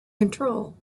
control